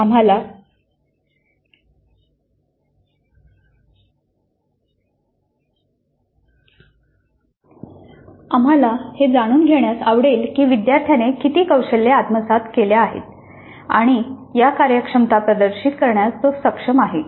आम्हाला हे जाणून घेण्यास आवडेल की विद्यार्थ्याने किती कौशल्ये आत्मसात केली आहेत आणि या कार्यक्षमता प्रदर्शित करण्यास तो सक्षम आहे